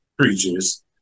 creatures